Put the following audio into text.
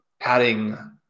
adding